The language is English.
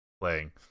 playing